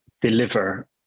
deliver